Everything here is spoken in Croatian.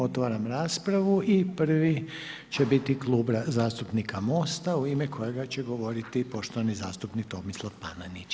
Otvaram raspravu i prvi će biti Klub zastupnika MOST-a u ime kojega će govoriti poštovani zastupnik Tomislav Panenić.